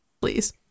please